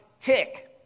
tick